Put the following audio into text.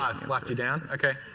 ah slapped you down. okay.